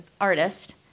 artist